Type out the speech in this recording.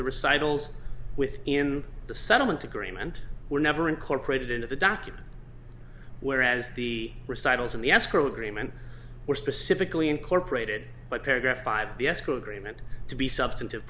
the recitals with in the settlement agreement were never incorporated into the document whereas the recitals in the escrow agreement were specifically incorporated but paragraph five be escrow agreement to be substantive